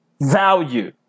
value